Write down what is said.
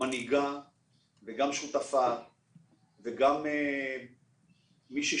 מנהיגה וגם שותפה וגם מישהי